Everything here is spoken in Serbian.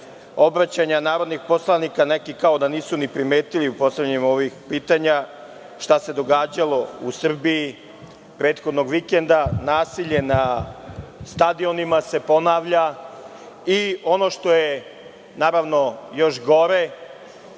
obraćanja narodnih poslanika. Neki kao da nisu ni primetili u postavljanju pitanja šta se događalo u Srbiji prethodnog vikenda. Nasilje na stadionima se ponavlja i ono što je još gore